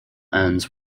ends